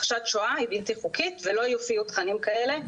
הכחשת שואה היא בלתי חוקית ולא יופיעו תכנים כאלה מהחיפוש.